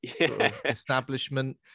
establishment